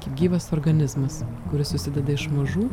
gyvas organizmas kuris susideda iš mažų